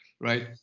right